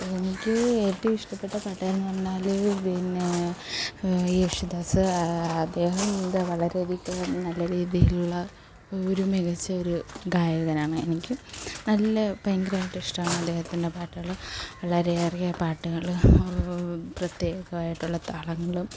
എനിക്ക് ഏറ്റവും ഇഷ്ടപ്പെട്ട പാട്ടുകാരനെന്ന് പറഞ്ഞാൽ പിന്നെ യേശുദാസ് അദ്ദേഹം എന്താ വളരെയധികം നല്ല രീതിയിലുള്ള ഒരു മികച്ച ഒരു ഗായകനാണ് എനിക്ക് നല്ല ഭയങ്കരായിട്ട് ഇഷ്ടമാണ് അദ്ദേഹത്തിൻ്റെ പാട്ടുകൾ വളരരെയേറിയ പാട്ടുകൾ പ്രത്യേകമായിട്ടുള്ള താളങ്ങളും